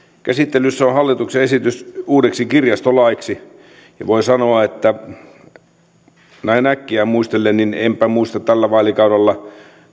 käsittelyssä on hallituksen esitys uudeksi kirjastolaiksi ja voin sanoa näin äkkiä muistellen että enpä muista tällä vaalikaudella